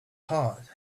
heart